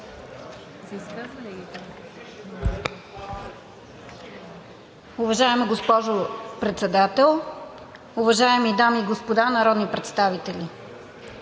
Уважаема госпожо Председател, уважаеми дами и господа народни представители!